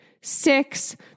six